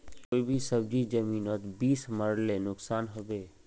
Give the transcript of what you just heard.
कोई भी सब्जी जमिनोत बीस मरले नुकसान होबे?